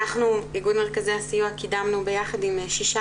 אנחנו איגוד מרכזי הסיוע קידמנו ביחד עם שישה